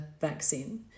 vaccine